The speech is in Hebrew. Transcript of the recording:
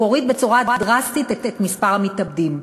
הוא הוריד בצורה דרסטית את מספר המתאבדים.